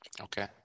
Okay